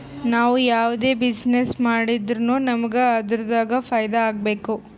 ನಾವ್ ಯಾವ್ದೇ ಬಿಸಿನ್ನೆಸ್ ಮಾಡುರ್ನು ನಮುಗ್ ಅದುರಾಗ್ ಫೈದಾ ಆಗ್ಬೇಕ